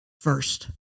first